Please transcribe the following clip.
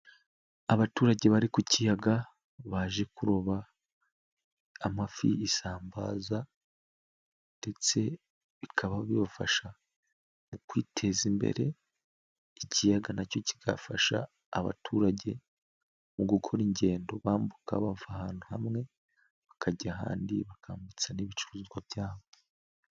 Abaturage bari ku kiyaga baje kuroba amafi, isambaza ndetse bikaba bibafasha mu kwiteza imbere, ikiyaga nacyo kigafasha abaturage mu gukora ingendo bambuka bava ahantu hamwe bakajya ahandi, bakambutsa n'ibicuruzwa byabo.